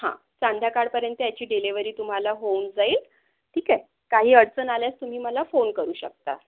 हा संध्याकाळपर्यंत याची डिलेव्हरी तुम्हाला होऊन जाईल ठीक आहे काही अडचण आल्यास तुम्ही मला फोन करू शकता